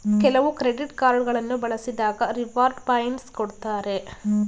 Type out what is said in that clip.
ಕೆಲವು credit card ಗಳನ್ನು ಬಳಸಿದಾಗ ರಿವಾರ್ಡ್ ಪಾಯಿಂಟ್ಸ್ ಕೊಡ್ತಾರೆ